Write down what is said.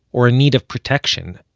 or in need of protection.